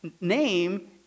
name